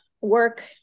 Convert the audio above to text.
work